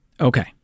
Okay